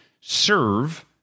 serve